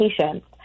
patients